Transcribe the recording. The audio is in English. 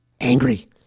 angry